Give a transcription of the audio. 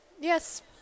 Yes